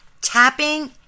tapping